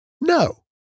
No